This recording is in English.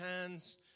hands